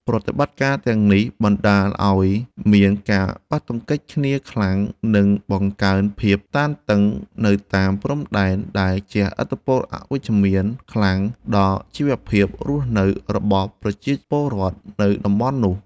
ប្រតិបត្តិការទាំងនេះបណ្ដាលឱ្យមានការប៉ះទង្គិចគ្នាខ្លាំង និងបង្កើនភាពតានតឹងនៅតាមព្រំដែន ដែលជះឥទ្ធិពលអវិជ្ជមានខ្លាំងដល់ជីវភាពរស់នៅរបស់ប្រជាពលរដ្ឋនៅតំបន់នោះ។